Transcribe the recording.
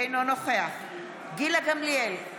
אינו נוכח גילה גמליאל,